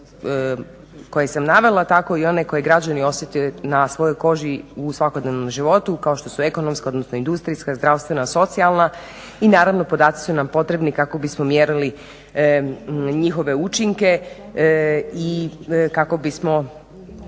koje sam navela tako i one koje građani osjete na svojoj koži u svakodnevnom životu kao što su ekonomska, odnosno industrijska, zdravstvena, socijalna. I naravno podaci su nam potrebni kako bismo mjerili njihove učinke i kako bismo